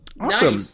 Awesome